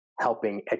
helping